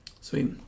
Sweet